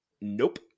Nope